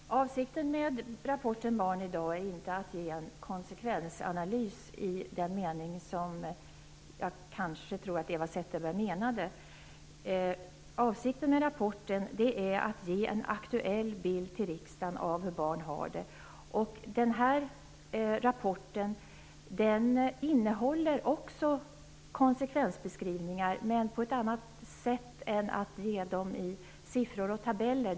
Fru talman! Avsikten med rapporten Barn idag är inte att ge en konsekvensanalys i den mening som Eva Zetterberg avsåg. Avsikten är att ge en aktuell bild till riksdagen av hur barn har det. Rapporten innehåller också konsekvensbeskrivningar, men inte i form av siffror och tabeller.